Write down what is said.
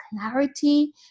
clarity